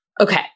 Okay